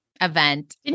event